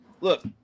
Look